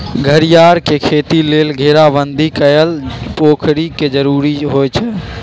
घरियार के खेती लेल घेराबंदी कएल पोखरि के जरूरी होइ छै